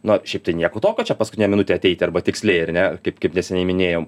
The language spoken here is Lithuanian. na šiaip tai nieko tokio čia paskutinę minutę ateiti arba tiksliai ar ne kaip kaip neseniai minėjom